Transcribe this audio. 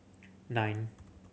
nine